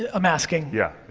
ah i'm asking. yeah,